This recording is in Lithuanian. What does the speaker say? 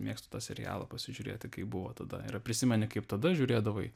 mėgstu tą serialą pasižiūrėti kaip buvo tada ir prisimeni kaip tada žiūrėdavai